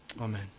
amen